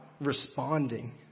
responding